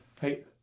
Hey